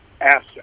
asset